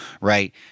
right